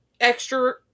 extra